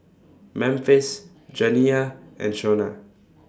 Memphis Janiah and Shona